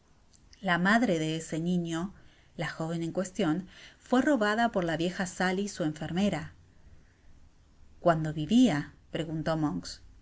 la madre de ese niño la joven en cuestion fué robada por la vieja sally su enfermera cuándo vivia preguntó monks